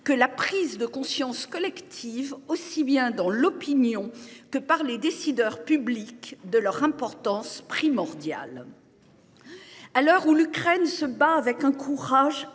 que la prise de conscience collective, aussi bien dans l'opinion que par les décideurs publics de leur importance primordiale. À l'heure où l'Ukraine se bat avec un courage